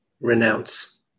renounce